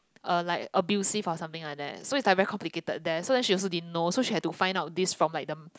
uh like abusive or something like that so is like very complicated there so then she also didn't know so she has to find out this like from the